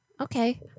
Okay